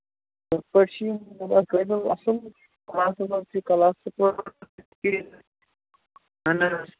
ہُتھٕ پٲٹھۍ چھِ یِم واریاہ قٲبل اَصٕل کَلاسَس اَہَن حظ